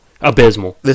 Abysmal